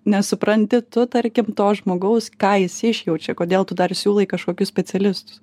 nesupranti tu tarkim to žmogaus ką jis išjaučia kodėl tu dar siūlai kažkokius specialistus